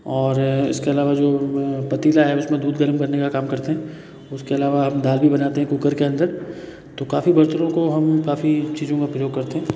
और इसके अलावा जो पतीला है उसमें दूध गर्म करने का काम करते हैं उसके अलावा हम दाल भी बनाते हैं कूकर के अंदर तो काफ़ी बर्तनों को हम काफ़ी चीज़ों में उपयोग करते हैं